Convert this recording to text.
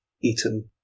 eaten